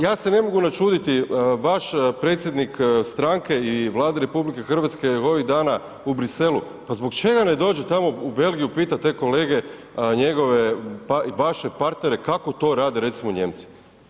Ja se ne mogu načuditi vaš predsjednik stranke i Vlade RH je ovih dana u Briselu, pa zbog čega ne dođe tamo u Belgiju pitati te kolege njegove i vaše partnere kako to rade recimo Nijemci.